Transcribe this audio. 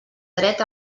dret